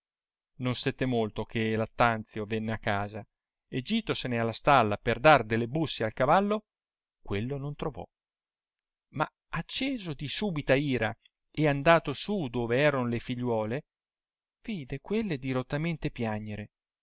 non stette molto che lattanzio venne a casa e gitosene alla stalla per dar delle busse al cavallo quello non trovò ma acceso di subita ira e andato su dove erano le figliuole vidde quelle dirottamente piagnere